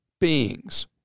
beings